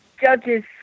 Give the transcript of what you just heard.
judges